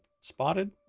spotted